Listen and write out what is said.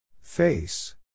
Face